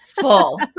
full